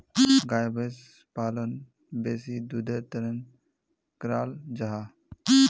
गाय भैंस पालन बेसी दुधेर तंर कराल जाहा